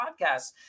podcasts